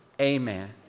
Amen